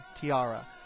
Tiara